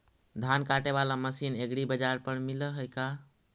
धान काटे बाला मशीन एग्रीबाजार पर मिल है का?